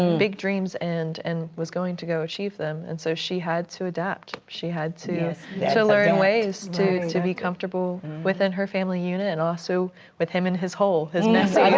and big dreams and and was going to go achieve them. and so she had to adapt. she had to to learn ways to to be comfortable within her family unit and also with him in his hole, his messy,